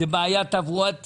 זו באמת בעיה תברואתית,